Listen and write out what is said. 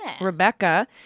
Rebecca